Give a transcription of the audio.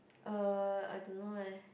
uh I don't know leh